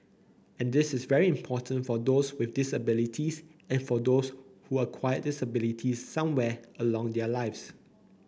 and this is very important for those with disabilities and for those who acquire disabilities somewhere along their lives